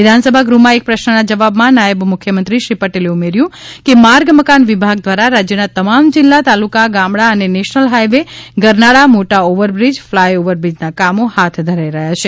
વિધાનસભા ગૃહમાં એક પ્રશ્નના જવાબમાં નાયબ મુખ્યમંત્રી શ્રી પટેલે ઉમર્યું કે માર્ગ મકાન વિભાગ દ્વારા રાજ્યના તમામ જિલ્લા તાલુકા ગામડાં અને નેશનલ હાઇવે ગરનાળા મોટા ઓવરબ્રીજ ફલાય ઓવરબ્રીજનાં કામો હાથ ધરાઇ રહ્યા છે